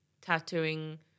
tattooing